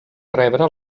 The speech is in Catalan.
rebre